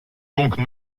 donc